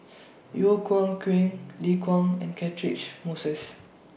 Yeo Yeow Kwang Liu Kang and Catchick Moses